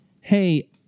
hey